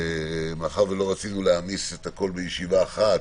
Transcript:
מאחר ולא רצינו להעמיס את הכול בישיבה אחת,